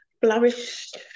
flourished